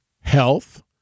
health